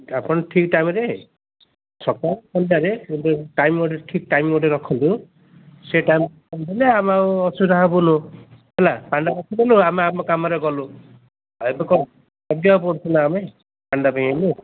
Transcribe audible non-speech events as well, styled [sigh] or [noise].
ଆପଣ ଠିକ୍ ଟାଇମରେ ସକାଳ [unintelligible] ଘଣ୍ଟାରେ କିନ୍ତୁ ଟାଇମ ଗୋଟେ ଠିକ୍ ଟାଇମ ଗୋଟେ ରଖନ୍ତୁ ସେ ଟାଇମଲେ ଆମେ ଆଉ ଅସୁବିଧା ହେବନି ହେଲା ପାଣି ରଖିଦେଲୁ ଆମେ ଆମ କାମରେ ଗଲୁ ଆଉ ଏବେ ଜଗିବାକୁ ପଡ଼ୁଛି ନା ଆମେ ପାଣିଟା ପାଇଁ ଏବେ